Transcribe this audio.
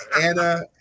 Anna